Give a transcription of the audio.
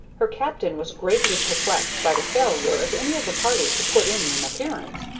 her captain was greatly perplexed by the failure of any of the party to put in an appearance,